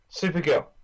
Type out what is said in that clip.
Supergirl